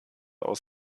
aus